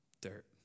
Dirt